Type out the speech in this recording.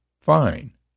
Fine